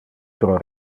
pro